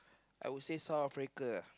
I would say South Africa uh